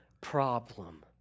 problem